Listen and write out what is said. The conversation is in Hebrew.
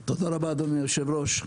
תודה רבה, אדוני היושב-ראש.